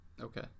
Okay